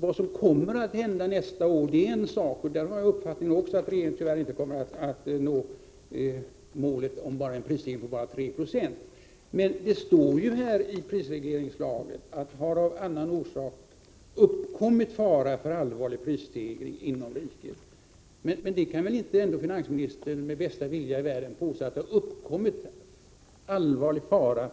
Vad som kommer att hända nästa år är en sak — och jag har uppfattningen att regeringen tyvärr inte kommer att nå målet om en prisstegring på bara 3 70. Men det står ju i prisregleringslagen: ”Har av annan orsak uppkommit fara för allvarlig prisstegring inom riket Finansministern kan väl emellertid inte med bästa vilja i världen påstå att det i dag — eller när propositionen lades fram — har